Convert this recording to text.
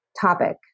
topic